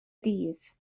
dydd